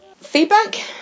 Feedback